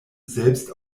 selbst